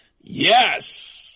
Yes